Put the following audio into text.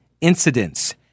incidents